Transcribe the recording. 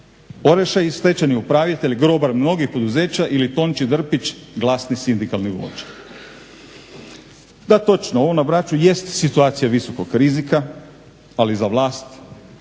Orešar i stečajni upravitelj, grobar mnogih poduzeća ili Tonči Drpić glasni sindikalni vođa. Da točno, ovo na Braču jest situacija visokog rizika ali za vlast